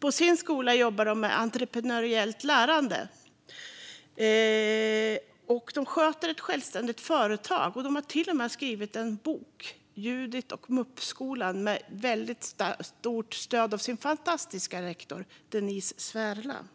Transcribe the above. På deras skola jobbar de med entreprenöriellt lärande. De sköter självständigt ett företag och har till och med givit ut en bok, Judit och muppskolan , med väldigt starkt stöd av deras fantastiska rektor Denice Sverla.